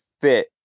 fit